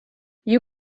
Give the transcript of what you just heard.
you